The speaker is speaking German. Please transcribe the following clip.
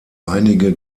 einige